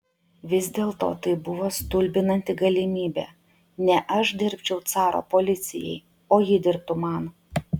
vis dėlto tai buvo stulbinanti galimybė ne aš dirbčiau caro policijai o ji dirbtų man